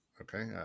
Okay